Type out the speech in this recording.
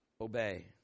Obey